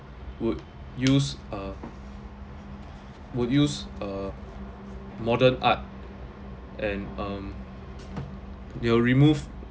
would use uh would use uh modern art and um they'll remove